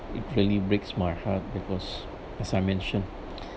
it really breaks my heart because as I mentioned